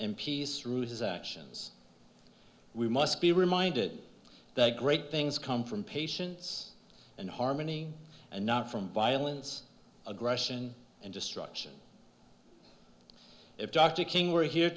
and peace through his actions we must be reminded that great things come from patience and harmony and not from violence aggression and destruction if dr king were here